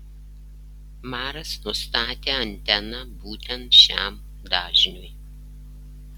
maras nustatė anteną būtent šiam dažniui